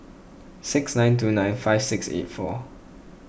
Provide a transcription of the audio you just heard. six nine two nine five six eight four